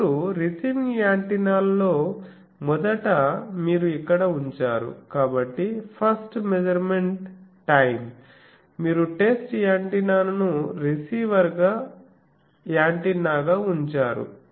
ఇప్పుడు రిసీవింగ్ యాంటెన్నాలో మొదట మీరు ఇక్కడ ఉంచారు కాబట్టి ఫస్ట్ మెజర్మెంట్ టైం మీరు టెస్ట్ యాంటెన్నాను రిసీవర్ యాంటెన్నాగా ఉంచారు